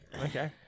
Okay